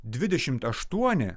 dvidešimt aštuoni